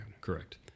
Correct